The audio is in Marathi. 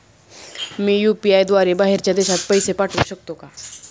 मी यु.पी.आय द्वारे बाहेरच्या देशात पैसे पाठवू शकतो का?